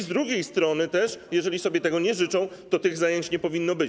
Z drugiej strony też, jeżeli sobie tego nie życzą, to tych zajęć nie powinno być.